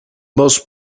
most